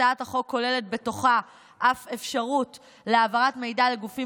הצעת החוק כוללת בתוכה אף אפשרות להעברת מידע לגופים